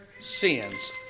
sins